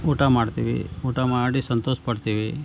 ಊಟ ಮಾಡ್ತೀವಿ ಊಟ ಮಾಡಿ ಸಂತೋಷಪಡ್ತೀವಿ